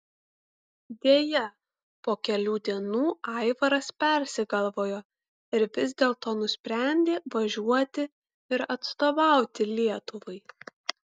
deja po kelių dienų aivaras persigalvojo ir vis dėlto nusprendė važiuoti ir atstovauti lietuvai